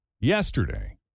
yesterday